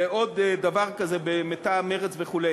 ועוד דבר כזה מטעם מרצ וכו'.